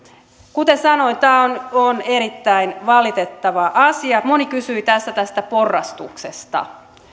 kuten sanoin tämä on on erittäin valitettava asia moni kysyi tästä tästä porrastuksesta